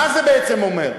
מה זה בעצם אומר?